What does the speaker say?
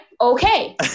Okay